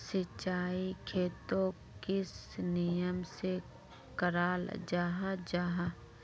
सिंचाई खेतोक किस नियम से कराल जाहा जाहा?